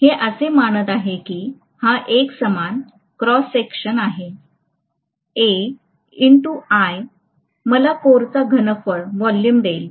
हे असे मानत आहे की हा एकसमान क्रॉस सेक्शन आहे मला कोरचा घनफळ देईल